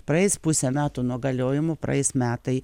praeis pusę metų nuo galiojimo praeis metai